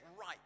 right